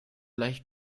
leicht